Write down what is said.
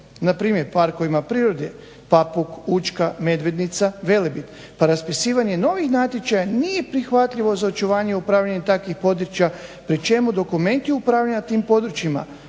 npr. parkovima prirode Papuk, Učka, Medvednica, Velebit, pa raspisivanje novih natječaja nije prihvatljivo za očuvanje upravljanja takvih područja pri čemu dokumenti upravljanja tim područjima,